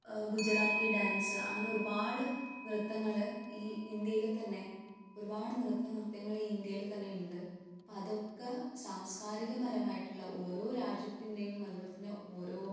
Gujarati dance അങ്ങനെ ഒരുപാട് നൃത്തങ്ങൾ ഈ ഇന്ത്യയിൽ തന്നെ ഒരുപാട് നൃത്തനൃത്യങ്ങൾ ഇന്ത്യയിൽ തന്നെ ഉണ്ട് അപ്പം അതൊക്കെ സാംസ്കാരികപാമായിട്ടുള്ള ഓരോ രാജ്യത്തിൻ്റെയും അതുപോലെ തന്നെ ഓരോ